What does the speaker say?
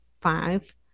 five